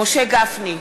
משה גפני,